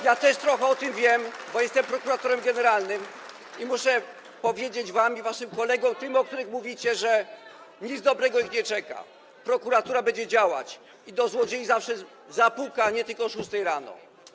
Ja też trochę o tym wiem, bo jestem prokuratorem generalnym, i muszę powiedzieć wam i waszym kolegom, tym, o których mówicie, że nic dobrego ich nie czeka: Prokuratura będzie działać i do złodziei zawsze zapuka, nie tylko o godz. 6 rano.